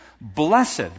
blessed